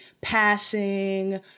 passing